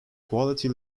quality